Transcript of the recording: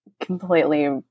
completely